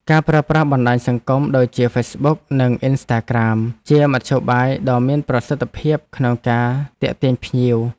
ការប្រើប្រាស់បណ្តាញសង្គមដូចជាហ្វេសប៊ុកនិងអុីនស្តាក្រាមជាមធ្យោបាយដ៏មានប្រសិទ្ធភាពក្នុងការទាក់ទាញភ្ញៀវ។